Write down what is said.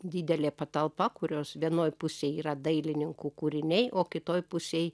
didelė patalpa kurios vienoj pusėj yra dailininkų kūriniai o kitoj pusėj